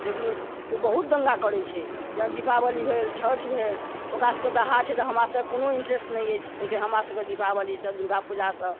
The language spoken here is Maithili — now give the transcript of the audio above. लेकिन ओ बहुत दंगा करै छै जेना दीपावली भेल छठि भेल ओकरासबके दाहा छै त हमरासबके कोनो इन्ट्रेस्ट नहि अछि लेकिन हमरासबके दीपावली सँ दुर्गापूजा सँ